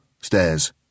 stairs